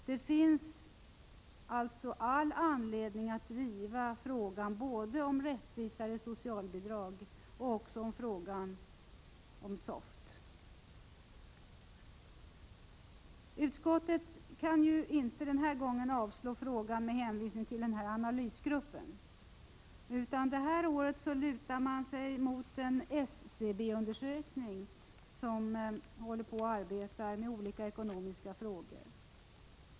Det finns således all anledning att både driva frågan om rättvisare socialbidrag och Utskottet kan inte den här gången avstyrka motionen med hänvisning till analysgruppen, utan i år lutar man sig mot en SCB-undersökning, som arbetar med olika ekonomiska frågor.